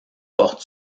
porte